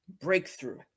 breakthrough